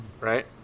Right